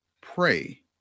pray